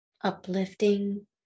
uplifting